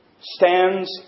stands